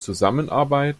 zusammenarbeit